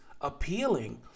appealing